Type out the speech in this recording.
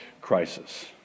crisis